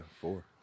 four